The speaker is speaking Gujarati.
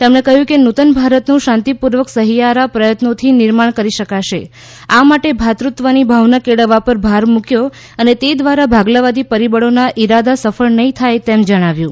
તેમણે કહ્યં કે નૂતન ભારતનું શાંતિપૂર્વક સહિયારા પ્રયત્નોથી નિર્માણ કરી શકાશે આ માટે ભાતૃત્વની ભાવના કેળવવા પર ભાર મૂક્યો અને તે દ્વારા ભાગલાવાદી પરિબળોના ઇરાદા સફળ નહીં થાયે તેમ જણાવ્યુ